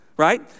right